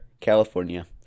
California